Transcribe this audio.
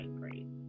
great